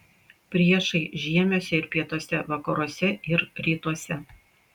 priešai žiemiuose ir pietuose vakaruose ir rytuose